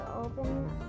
open